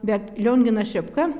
bet lionginas šepka